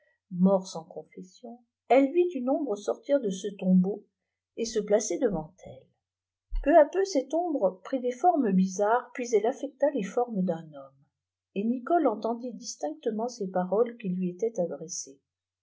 mort sans confession elle vît une ombre sortir de ce tombeau et se placer devant elle peu à peu cette ombre prit des formes bizarres puis elle affecta les formes d'un homme et nicole entendit distinctèthent ces paroles ui lui étaient adressées